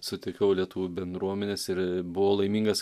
sutikau lietuvių bendruomenės ir buvau laimingas